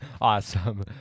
Awesome